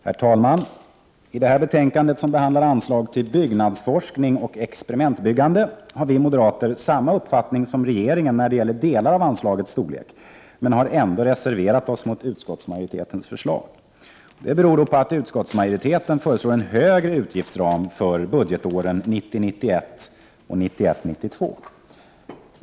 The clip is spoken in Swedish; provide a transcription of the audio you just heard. Herr talman! I detta betänkande, som behandlar anslag till byggnadsforskning och experimentbyggande, har vi moderater samma uppfattning som regeringen när det gäller delar av anslagets storlek, men vi har ändå reserverat oss mot utskottsmajoritetens förslag. Det beror på att utskottsmajoriteten föreslår en högre utgiftsram för budgetåren 1990 92.